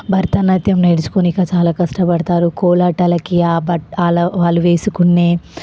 భరతనాట్యం నేర్చుకోడానికి చాలా కష్టపడతారు కోలాటాలకి ఆ బ వా వాళ్ళు వేసుకునే